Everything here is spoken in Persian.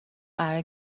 قرار